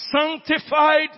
sanctified